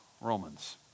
Romans